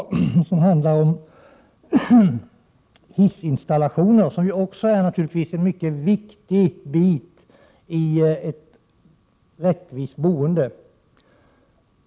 Reservationen handlar om hissinstallationer, som naturligtvis också är en mycket viktig bit när det gäller ett rättvist boende.